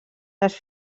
les